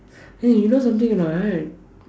eh you know something or not right